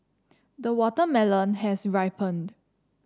the watermelon has ripened